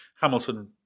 Hamilton